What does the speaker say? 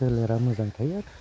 सोलेरा मोजां थायो आरो